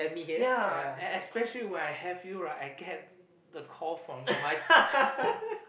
yeah and especially when I have you right I get the call from my sch~